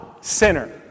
Sinner